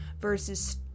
versus